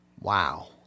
Wow